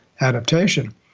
adaptation